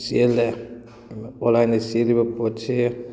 ꯆꯦꯜꯂꯦ ꯑꯗꯨꯒ ꯑꯣꯟꯂꯥꯏꯟꯗꯩ ꯆꯦꯜꯂꯤꯕ ꯄꯣꯠꯁꯦ